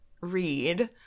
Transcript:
read